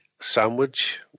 sandwich